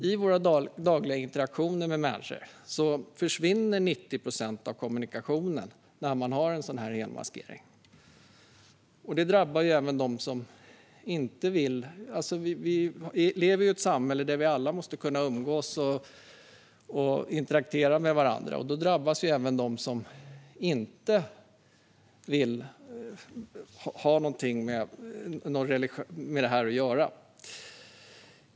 I våra dagliga interaktioner med människor försvinner 90 procent av kommunikationen med en sådan helmaskering. Vi lever i ett samhälle där vi alla måste kunna umgås och interagera med varandra. Med helmaskering drabbas även de som inte vill ha någonting med detta att göra.